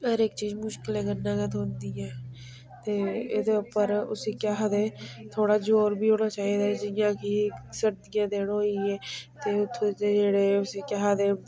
हर इक चीज़ मुश्कलें कन्नै गै थ्होंदी ऐ ते एह्दे उप्पर उसी केह् आखदे थोह्ड़ा जोर बी होना जियां कि सर्दियें दे दिन होई गे ते उत्थुं दे जेह्ड़े उसी केह् आखदे